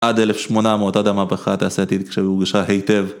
עד 1800, עד המהפיכה התעשייתית שהורגשה היטב